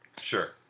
Sure